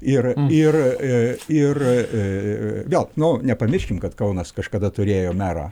ir ir ir vėl nu nepamirškim kad kaunas kažkada turėjo merą